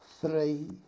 three